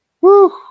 Woo